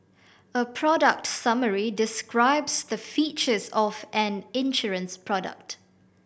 a product summary describes the features of an insurance product